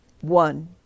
one